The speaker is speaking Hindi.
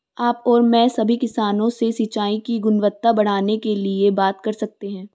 आप और मैं सभी किसानों से सिंचाई की गुणवत्ता बढ़ाने के लिए बात कर सकते हैं